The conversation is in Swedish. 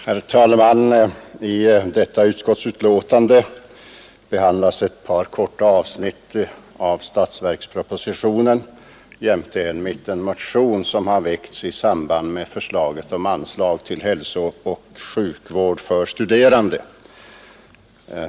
Herr talman! I detta utskottsbetänkande behandlas ett par korta avsnitt av statsverkspropositionen jämte en motion som har väckts i samband med förslaget om anslag till hälsooch sjukvård för studerande.